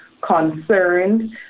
concerned